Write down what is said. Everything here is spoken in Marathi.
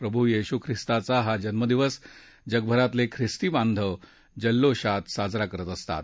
प्रभू येशू ख्रिस्ताचा हा जन्मदिवस जगभरातले ख्रिस्ती बांधव जल्लोषात साजरा करत असतात